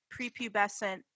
prepubescent